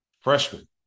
freshman